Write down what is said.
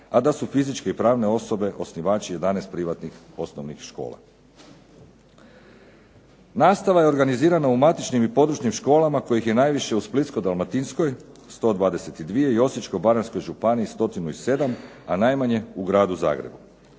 a da su fizičke i pravne osobe osnivači 11 privatnih osnovnih škola. Nastava je organizirana u matičnim i područnim školama kojih je najviše u Splitsko-dalmatinskoj, 122 i Osječko-baranjskoj županiji 107, a najmanje u Gradu Zagrebu.